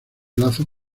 lazos